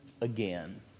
again